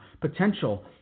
potential